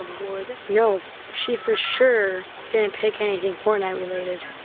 wood? no, she for sure didn't pick anything fortnite related.